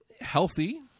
healthy